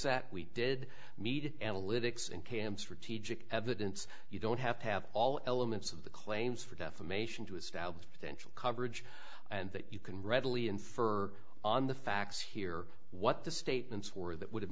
that we did meet analytics in camps for teaching evidence you don't have to have all elements of the claims for defamation to establish potential coverage and that you can readily infer on the facts here what the statements were that would have